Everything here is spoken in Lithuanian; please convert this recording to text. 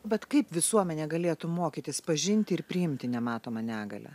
vat kaip visuomenė galėtų mokytis pažinti ir priimti nematomą negalią